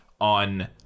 on